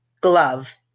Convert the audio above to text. glove